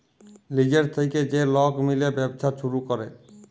লিজের থ্যাইকে যে লক মিলে ব্যবছা ছুরু ক্যরে